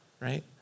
right